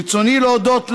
ברצוני להודות לך,